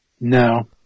No